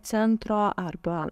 centro arba